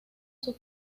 sus